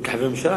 לא כחבר הממשלה.